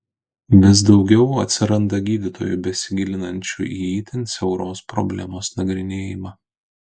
vis daugiau atsiranda gydytojų besigilinančių į itin siauros problemos nagrinėjimą